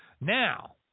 Now